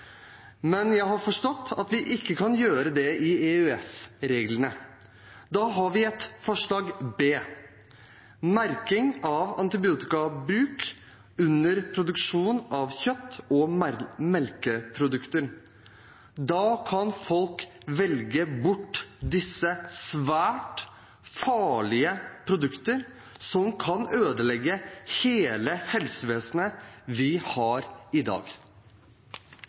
ikke kan gjøre det innenfor EØS-regelverket. Da har vi et forslag B: merking av antibiotikabruk under produksjon av kjøtt- og melkeprodukter. Da kan folk velge bort disse svært farlige produktene, som kan ødelegge hele helsevesenet vi har i dag.